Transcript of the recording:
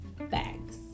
bags